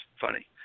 funny